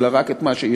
אלא רק את מה שישנו.